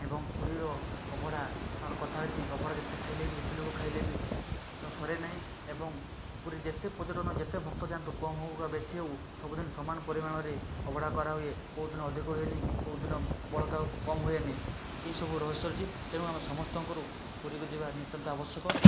ଏବଂ ପୁରୀର ଅଭଡ଼ା ନହେଲେ କଥାରେ ଅଛି ଅଭଡ଼ା ଯେତେ ଖାଇଲେ ବି ଯେତେ ଲୋକ ଖାଇଲେ ବି ତ ସରେ ନାହିଁ ଏବଂ ପୁରୀ ଯେତେ ପର୍ଯ୍ୟଟନ ଯେତେ ଭକ୍ତ ଯାଆନ୍ତୁ କମ ହଉ ବା ବେଶୀ ହଉ ସବୁଦିନ ସମାନ ପରିମାଣରେ ଅଭଡ଼ା କରାହୁଏ କେଉଁଦିନ ଅଧିକ ହୁଏନି କି କେଉଁଦିନ ବଳକା କମ ହୁଏନି ଏଇସବୁ ରହସ୍ୟ ଅଛି ତେଣୁ ଆମ ସମସ୍ତଙ୍କରୁ ପୁରୀକୁ ଯିବା ନିତାନ୍ତ ଆବଶ୍ୟକ